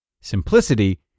Simplicity